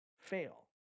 fail